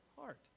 heart